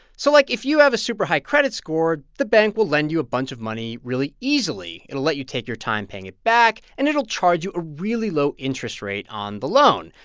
so, like, if you have a super-high credit score, the bank will lend you a bunch of money really easily. it'll let you take your time paying it back, and it'll charge you a really low interest rate on the loan.